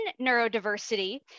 neurodiversity